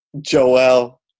Joel